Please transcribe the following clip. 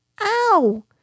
Ow